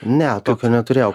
ne tokio neturėjau